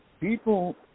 people